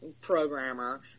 programmer